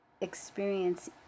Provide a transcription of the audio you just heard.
experience